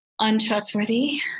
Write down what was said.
untrustworthy